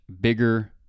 bigger